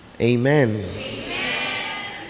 Amen